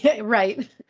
Right